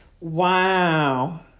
Wow